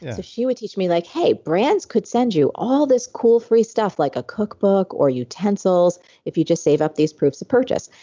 so she would teach me like hey, brands could send you all this cool free stuff like a cookbook or utensils, if you just save up these proofs of purchase.